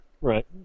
Right